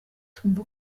twumva